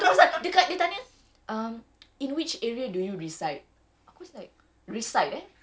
tu lah pasal dekat dia tanya um in which area do you reside I was like reside eh